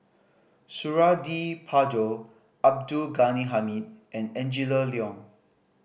Suradi Parjo Abdul Ghani Hamid and Angela Liong